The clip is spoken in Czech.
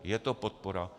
Je to podpora.